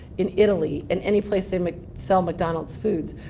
in italy, and any place they um ah sell mcdonald's foods.